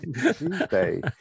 Tuesday